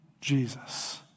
Jesus